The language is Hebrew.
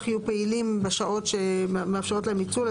יהיו פעילים בשעות שמאפשרות להם ניצול.